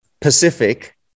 Pacific